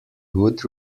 would